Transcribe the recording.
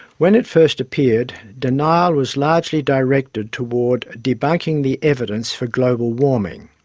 when it first appeared, denial was largely directed toward debunking the evidence for global warming,